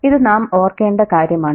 ഇത് നാം ഓർക്കേണ്ട കാര്യമാണ്